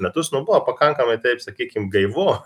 metus nuo buvo pakankamai taip sakykim gaivu